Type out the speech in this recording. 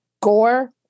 gore